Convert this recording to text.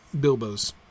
Bilbo's